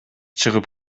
чыгып